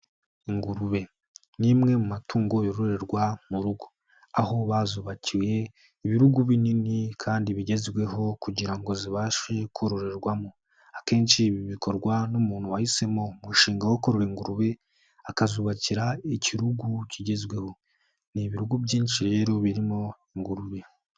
Ingurube ni imwe mu matungo yororerwa mu rugo, aho bazubakiye ibirugu binini kandi bigezweho kugira ngo zibashe kororerwamo, akenshi ibi bikorwa n'umuntu wahisemo umushinga wokorora ingurube, akazubakira ikirugu kigezweho, ni ibirugugo byinshi rero birimo ingurube.